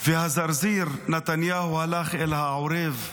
והזרזיר נתניהו הלך אל העורב טראמפ.